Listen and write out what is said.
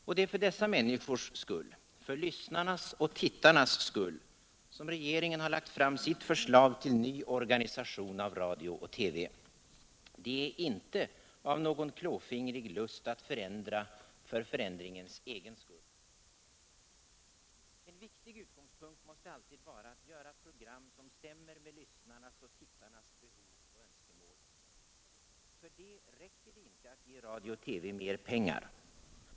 Och det är för dessa människors skull — för lyssnarnas och tittarnas skull — som regeringen lagt fram sitt förslag till ny organisation av radio och TV. Det är inte av någon klåfingrig lust att förändra för förändringens skull. En viktig utgångspunkt måste alltid vara att göra program som stämmer med lyssnarnas och tittarnas behov och önskemål. För det räcker inte att ge radio och TV mer pengar.